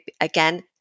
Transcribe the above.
again